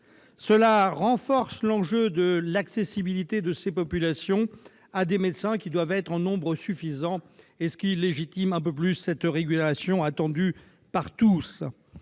aggrave l'enjeu de l'accès de ces populations à des médecins qui doivent être en nombre suffisant, et légitime encore un peu plus cette régulation attendue par tous.